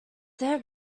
there